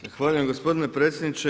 Zahvaljujem gospodine predsjedniče.